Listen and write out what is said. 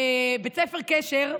בבית הספר קשר,